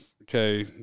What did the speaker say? Okay